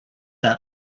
that